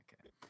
okay